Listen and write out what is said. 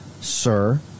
sir